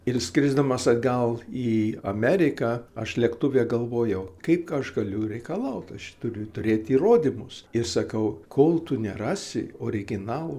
ir skrisdamas atgal į ameriką aš lėktuve galvojau kaip aš galiu reikalaut aš turiu turėt įrodymus ir sakau kol tu nerasi originalo